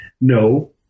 No